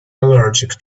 allergic